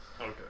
Okay